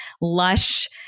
lush